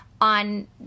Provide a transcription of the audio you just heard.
on